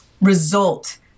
result